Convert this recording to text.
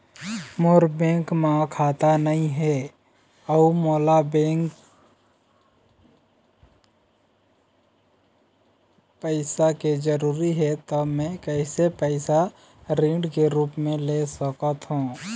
मोर bank म खाता नई हे अउ मोला पैसा के जरूरी हे त मे कैसे पैसा ऋण के रूप म ले सकत हो?